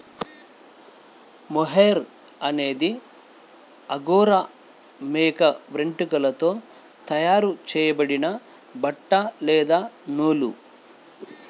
mohair అనేది angora మేక వెంట్రుకలతో తయారు చేయబడిన బట్ట లేదా నూలు